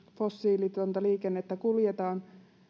fossiilitonta liikennettä kuljetaan